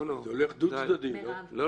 שדווקא בו